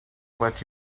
but